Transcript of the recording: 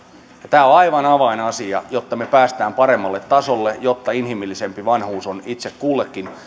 tämä on aivan avainasia jotta me pääsemme paremmalle tasolle jotta inhimillisempi vanhuus on itse kullekin